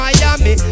Miami